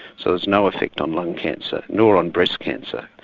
so there's no effect on lung cancer nor on breast cancer.